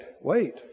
wait